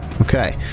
okay